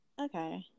Okay